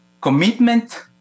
commitment